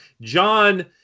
John